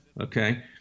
Okay